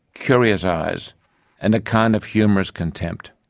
curious eyes and a kind of humorous contempt,